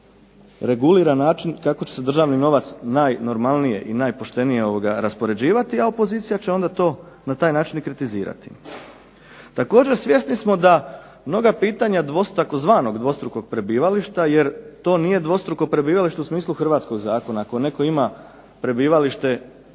regulira način kako će se državni novac najnormalnije i najpoštenije raspoređivati, a opozicija će onda to i na taj način kritizirati. Također svjesni smo da mnoga pitanja tzv. dvostrukog prebivališta, jer to nije dvostruko prebivalište u smislu hrvatskog zakona. Ako netko ima prebivalište